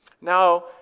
Now